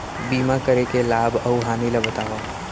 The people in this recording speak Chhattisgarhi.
बीमा करे के लाभ अऊ हानि ला बतावव